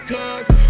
Cause